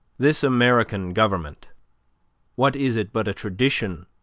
this american government what is it but a tradition,